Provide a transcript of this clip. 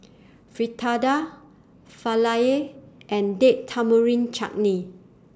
Fritada Falafel and Date Tamarind Chutney